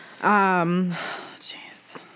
Jeez